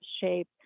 shape